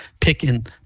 picking